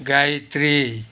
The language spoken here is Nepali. गायत्री